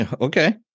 Okay